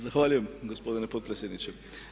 Zahvaljujem gospodine potpredsjedniče.